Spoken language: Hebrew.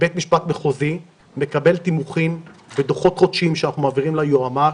בית משפט מחוזי מקבל תימוכין ודו"חות חודשיים שאנחנו מעבירים ליועמ"ש.